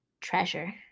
treasure